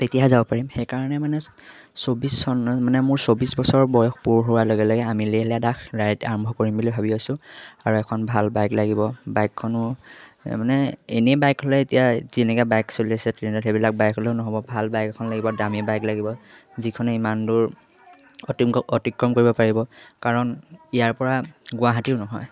তেতিয়াহে যাব পাৰিম সেইকাৰণে মানে চৌব্বিছ চনত মানে মোৰ চৌবিছ বছৰ বয়স পূৰ হোৱাৰ লগে লগে আমি লেহ লাডাখ ৰাইড আৰম্ভ কৰিম বুলি ভাবি আছোঁ আৰু এখন ভাল বাইক লাগিব বাইকখনো মানে এনেই বাইক হ'লে এতিয়া যেনেকে বাইক চলি আছে ট্ৰেইনত সেইবিলাক বাইক হ'লেও নহ'ব ভাল বাইক এখন লাগিব দামী বাইক লাগিব যিখনে ইমান দূৰ অতি অতিক্ৰম কৰিব পাৰিব কাৰণ ইয়াৰ পৰা গুৱাহাটীও নহয়